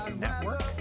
Network